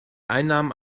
einnahmen